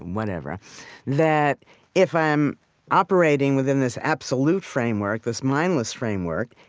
whatever that if i'm operating within this absolute framework, this mindless framework,